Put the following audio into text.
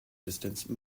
distance